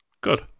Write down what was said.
Good